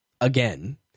again